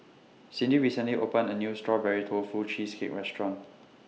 Cydney recently opened A New Strawberry Tofu Cheesecake Restaurant